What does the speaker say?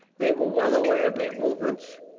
they were well aware of their movements,